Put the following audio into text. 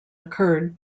occurred